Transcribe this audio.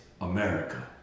America